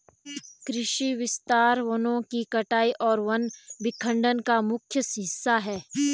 कृषि विस्तार वनों की कटाई और वन विखंडन का मुख्य हिस्सा है